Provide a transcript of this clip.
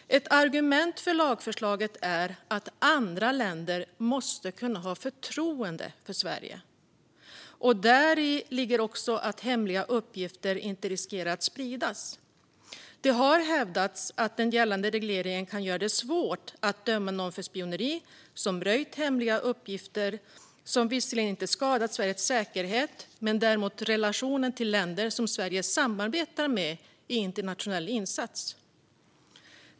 Ett argument för lagförslaget är att andra länder måste kunna ha förtroende för Sverige, och däri ligger också att hemliga uppgifter inte riskerar att spridas. Det har hävdats att den gällande regleringen kan göra det svårt att döma någon för spioneri som röjt hemliga uppgifter som visserligen inte skadat Sveriges säkerhet men däremot skadat relationer till länder som Sverige samarbetar med i en internationell insats.